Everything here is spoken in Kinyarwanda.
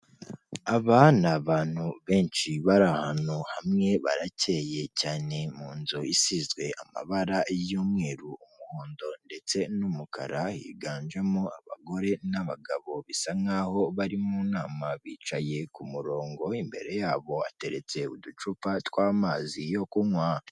Aba ni abantu benshi bari ahantu hamwe, baracye cyane mu nzu isizwe amabara y'umweru, umuhondo ndetse n'umukara, higanjemo abagore n'abagabo bisa nk'aho bari mu nama, bicaye ku murongo, imbere yabo hateretse uducupa tw'amazi yo kunywa.